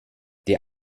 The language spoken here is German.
der